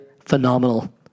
phenomenal